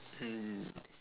mm